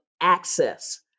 access